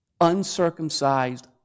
uncircumcised